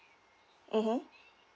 mmhmm